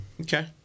Okay